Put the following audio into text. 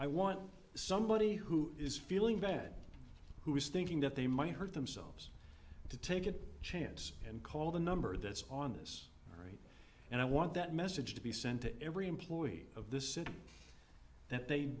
i want somebody who is feeling bad who is thinking that they might hurt themselves to take a chance and call the number that's on this and i want that message to be sent to every employee of this city that they